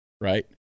right